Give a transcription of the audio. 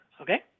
okay